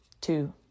two